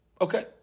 Okay